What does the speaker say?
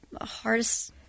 Hardest